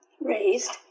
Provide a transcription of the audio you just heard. raised